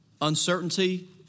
Uncertainty